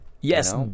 Yes